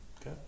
Okay